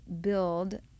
build